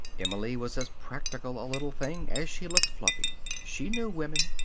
emily was as practical a little thing as she looked fluffy. she knew women.